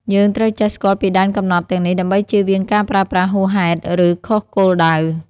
យើងត្រូវចេះស្គាល់ពីដែនកំណត់ទាំងនេះ ដើម្បីជៀសវាងការប្រើប្រាស់ហួសហេតុ ឬខុសគោលដៅ។